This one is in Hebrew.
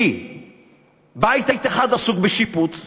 כי בית אחד בשיפוץ,